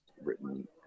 written